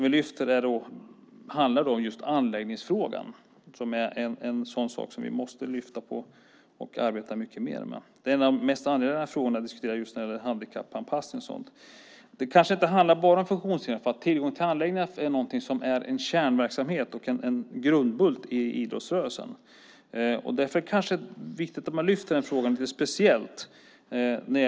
Vi lyfter fram anläggningsfrågan. Den måste vi lyfta fram och mycket mer arbeta med eftersom den är en av de mest angelägna frågorna att just nu diskutera när det gäller handikappanpassning och sådant. Det handlar dock kanske inte bara om funktionshindrade. Tillgången till anläggningar är en kärnverksamhet, en grundbult, inom idrottsrörelsen. Därför är det kanske viktigt att speciellt lyfta fram detta med tillgången till anläggningar.